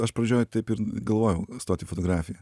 aš pradžioj taip ir galvojau stot į fotografiją